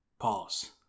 Pause